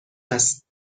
است